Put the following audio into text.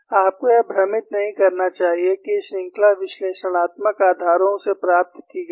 आपको यह भ्रमित नहीं करना चाहिए कि ये श्रृंखला विश्लेषणात्मक आधारों से प्राप्त की गई है